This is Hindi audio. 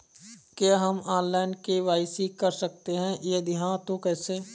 क्या हम ऑनलाइन के.वाई.सी कर सकते हैं यदि हाँ तो कैसे?